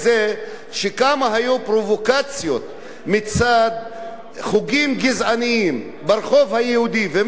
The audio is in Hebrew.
כמה פרובוקציות היו מצד חוגים גזעניים ברחוב היהודי ומתנחלים,